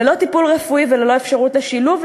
ללא טיפול רפואי וללא אפשרות לשילוב,